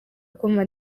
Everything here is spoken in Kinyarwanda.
akumva